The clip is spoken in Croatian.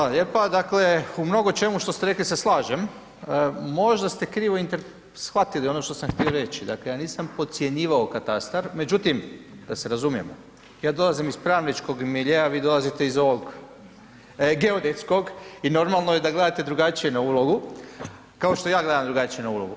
Hvala lijepa, dakle u mnogočemu što ste rekli se slažem, možda ste krivo shvatili ono što sam htio reći, dakle ja nisam podcjenjivao katastar, međutim da se razumijemo, ja dolazim iz pravničkog miljea, vi dolazite iz ovog geodetskog i normalno je da gledate drugačije na ulogu, ka što ja gledam drugačije na ulogu.